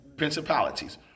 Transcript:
principalities